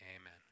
amen